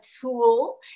tool